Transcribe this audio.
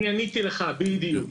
ואני עניתי לך בדיוק.